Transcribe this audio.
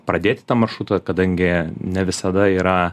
pradėti tą maršrutą kadangi ne visada yra